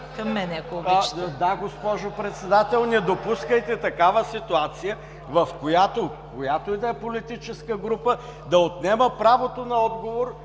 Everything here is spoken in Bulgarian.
към мен, ако обичате. ДАНАИЛ КИРИЛОВ: Да, госпожо Председател. Не допускайте такава ситуация, в която – която и да е политическа група да отнема правото на отговор